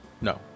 No